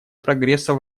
прогресса